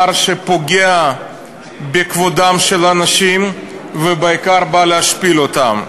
הוא דבר שפוגע בכבודם של אנשים ובעיקר בא להשפיל אותם.